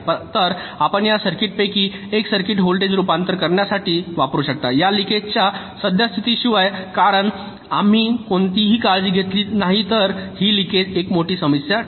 तर आपण या सर्कीटपैकी एक सर्किट व्होल्टेज रूपांतरण करण्यासाठी वापरु शकता या लिकेज च्या सद्यस्थितीशिवाय कारण आम्ही कोणतीही काळजी घेतली नाही तर ही लिकेज एक मोठी समस्या ठरेल